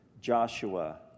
Joshua